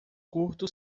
curto